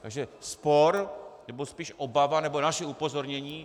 Takže spor nebo spíše obava nebo naše upozornění: